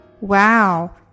Wow